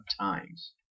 times